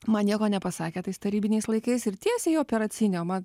man nieko nepasakė tais tarybiniais laikais ir tiesiai į operacinę o man